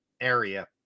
area